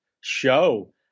show